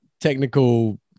technical